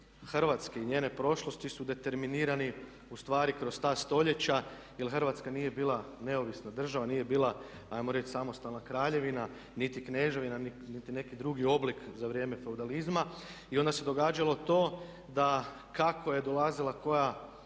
Hrvatske i njene prošlosti su determinirani ustvari kroz ta stoljeća je Hrvatska nije bila neovisna država, nije bila, ajmo reći samostalna kraljevima, niti kneževina, niti neki drugi oblik za vrijeme feudalizma. I onda se događalo to da kako je dolazila koja